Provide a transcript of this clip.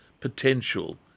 potential